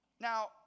Now